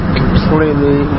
completely